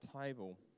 table